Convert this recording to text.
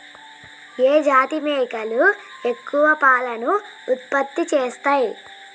ఏ జాతి మేకలు ఎక్కువ పాలను ఉత్పత్తి చేస్తయ్?